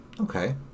Okay